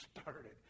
started